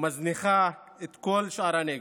ומזניחה את כל שאר הנגב.